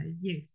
yes